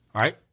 Right